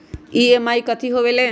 EMI कथी होवेले?